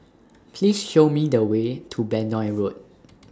Please Show Me The Way to Benoi Road